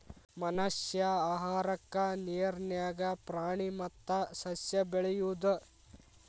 ಮನಷ್ಯಾ ಆಹಾರಕ್ಕಾ ನೇರ ನ್ಯಾಗ ಪ್ರಾಣಿ ಮತ್ತ ಸಸ್ಯಾ ಬೆಳಿಯುದು